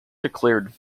declared